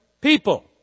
people